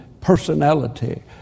personality